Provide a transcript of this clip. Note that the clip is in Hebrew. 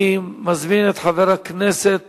חוק יום הזיכרון